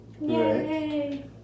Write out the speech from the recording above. Yay